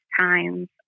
times